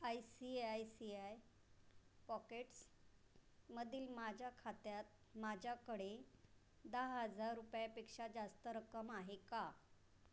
I C I C I पॉकेट्समधील माझ्या खात्यात माझ्याकडे दहा हजार रुपयांपेक्षा जास्त रक्कम आहे का